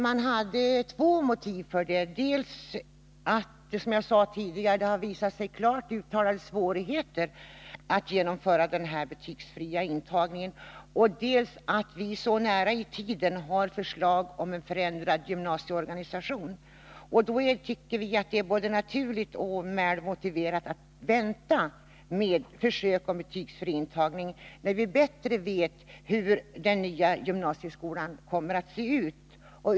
Man hade två motiv härför: dels att det har visat sig förekomma klart uttalade svårigheter att genomföra den betygsfria intagningen, dels att vi så nära i tiden har att vänta förslag om en ändrad gymnasieorganisation. Då tycker vi att det är naturligt och välmotiverat att vänta med försök med betygsfri intagning tills vi bättre vet hur den nya gymnasieskolan kommer att se ut.